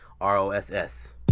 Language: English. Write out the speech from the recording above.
R-O-S-S